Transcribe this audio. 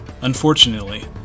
Unfortunately